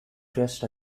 dressed